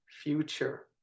future